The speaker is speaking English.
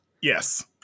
Yes